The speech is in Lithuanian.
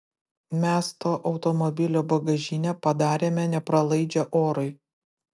mes to automobilio bagažinę padarėme nepralaidžią orui